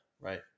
right